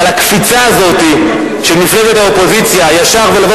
אבל הקפיצה הזאת של מפלגת האופוזיציה ישר לבוא